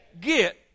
get